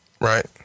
Right